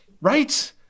Right